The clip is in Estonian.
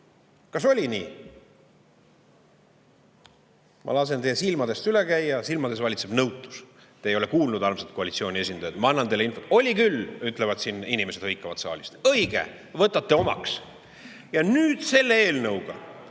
Kas oli nii? Ma lasen teie silmadest üle käia – teie silmades valitseb nõutus. Te ei ole seda kuulnud, armsad koalitsiooniesindajad. Ma annan teile infot ... Oli küll, ütlevad siin inimesed, hõikavad saalist. Õige! Võtate omaks! Ja nüüd selle eelnõuga